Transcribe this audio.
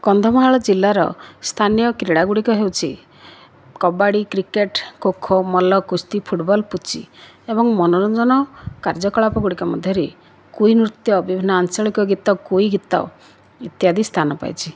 କନ୍ଧମାଳ ଜିଲ୍ଲାର ସ୍ଥାନୀୟ କ୍ରୀଡ଼ାଗୁଡ଼ିକ ହେଉଛି କବାଡ଼ି କ୍ରିକେଟ ଖୋଖୋ ମଲ୍ଲ କୁସ୍ତି ଫୁଟବଲ ପୁଚି ଏବଂ ମନୋରଞ୍ଜନ କାର୍ଯ୍ୟକଳାପ ଗୁଡ଼ିକ ମଧ୍ୟରେ କୁଇ ନୃତ୍ୟ ବିଭିନ୍ନ ଆଞ୍ଚଳିକ ଗୀତ କୁଇ ଗୀତ ଇତ୍ୟାଦି ସ୍ଥାନ ପାଇଛି